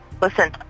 listen